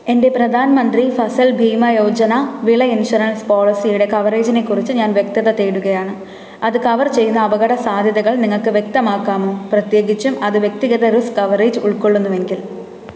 എൻ്റെ പ്രധാൻ മന്ത്രി ഫസൽ ഭീമ യോജന വിള ഇൻഷുറൻസ് പോളിസിയുടെ കവറേജിനെക്കുറിച്ച് ഞാൻ വ്യക്തത തേടുകയാണ് അത് കവർ ചെയ്യുന്ന അപകടസാധ്യതകൾ നിങ്ങൾക്ക് വ്യക്തമാക്കാമോ പ്രത്യേകിച്ചും അത് വ്യക്തിഗത റിസ്ക് കവറേജ് ഉൾക്കൊള്ളുന്നുവെങ്കിൽ